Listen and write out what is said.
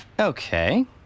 Okay